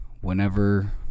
whenever